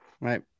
Right